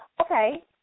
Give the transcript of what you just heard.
Okay